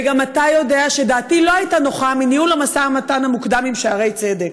וגם אתה יודע שדעתי לא הייתה נוחה מניהול המשא ומתן המוקדם עם שערי צדק,